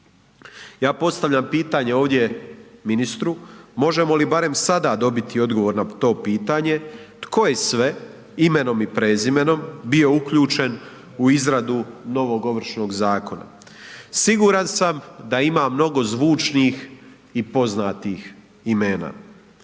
Ja postavljam pitanje ovdje ministru, možemo li barem sada dobiti odgovor na to pitanje, tko je sve imenom i prezimenom bio uključen u izradu novog Ovršnog zakona. Siguran sam da ima mnogo zvučnih i poznatih imena.